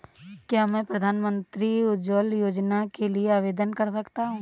क्या मैं प्रधानमंत्री उज्ज्वला योजना के लिए आवेदन कर सकता हूँ?